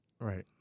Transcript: right